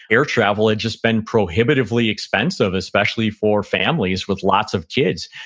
air travel had just been prohibitively expensive, especially for families with lots of kids.